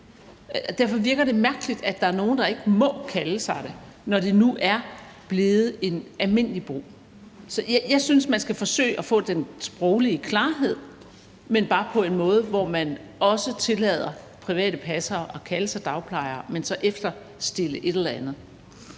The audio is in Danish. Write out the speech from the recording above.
Derfor virker det mærkeligt, at der er nogen, der ikke må kalde sig det, når det nu er blevet almindelig brug. Jeg synes, man skal forsøge at få den sproglige klarhed, men bare på en måde, hvor man også tillader private passere at kalde sig dagplejere, men med efterstillelse af et eller andet.